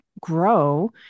grow